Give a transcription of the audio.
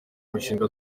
imishinga